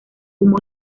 humo